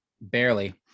Barely